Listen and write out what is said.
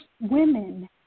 women